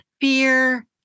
fear